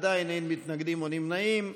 ועדיין אין מתנגדים או נמנעים.